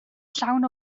llawn